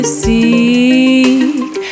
seek